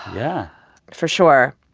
yeah for sure